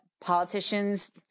politicians